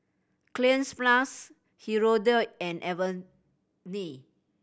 Cleanz Plus Hirudoid and Avene